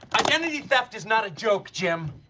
identity theft is not a joke jim!